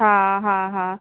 हा हा हा